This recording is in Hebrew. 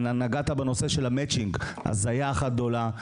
נגעת בנושא של המצ'ינג, הזיה אחת גדולה.